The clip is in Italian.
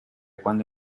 quando